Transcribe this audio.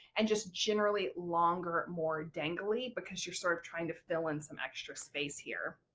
and just generally longer more dangly because you're sort of trying to fill in some extra space here.